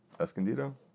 Escondido